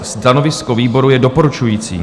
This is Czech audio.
Stanovisko výboru je doporučující.